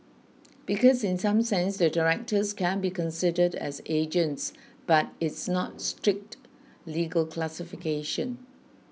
because in some sense the directors can be considered as agents but it's not strict legal classifications